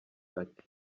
ati